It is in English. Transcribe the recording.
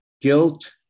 guilt